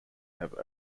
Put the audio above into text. have